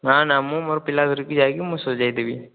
ନା ନା ମୁଁ ମୋର ପିଲା ଧରିକି ଯାଇକି ମୁଁ ସଜାଇ ଦେବି